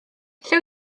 lle